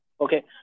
Okay